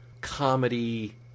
comedy